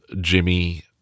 Jimmy